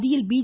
மத்தியில் பி